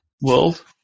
world